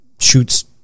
shoots